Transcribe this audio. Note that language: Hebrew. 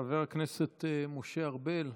חבר הכנסת משה ארבל,